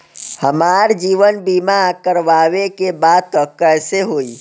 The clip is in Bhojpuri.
हमार जीवन बीमा करवावे के बा त कैसे होई?